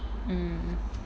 mm